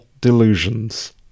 delusions